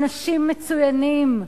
אנשים מצוינים,